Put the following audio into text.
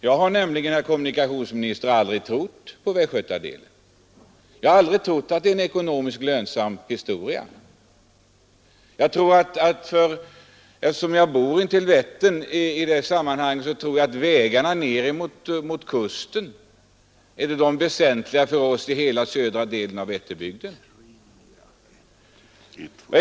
Jag har nämligen, herr kommunikationsminister, aldrig trott på västgötadelen. Jag har aldrig trott att det är en ekonomiskt lönsam historia. Eftersom jag bor intill Vättern anser jag att vägarna ner mot kusten är de väsentliga för oss i hela södra delen av Vätterbygden.